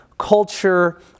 culture